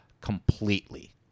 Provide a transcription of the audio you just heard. completely